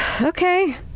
Okay